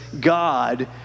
God